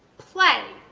play.